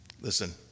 Listen